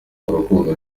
rukundo